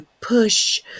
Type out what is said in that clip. push